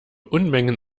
unmengen